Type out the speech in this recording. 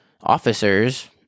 officers